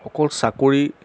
অকল চাকৰি